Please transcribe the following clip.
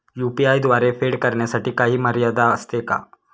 UPI द्वारे फेड करण्यासाठी काही मर्यादा असते का?